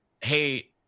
Hey